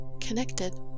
connected